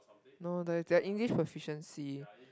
no the that English proficiency